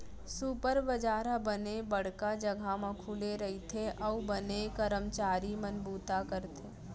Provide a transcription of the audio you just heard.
super बजार ह बने बड़का जघा म खुले रइथे अउ बने करमचारी मन बूता करथे